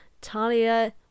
Talia